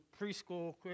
preschool